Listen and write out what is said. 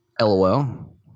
LOL